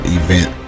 event